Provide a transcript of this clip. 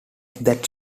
that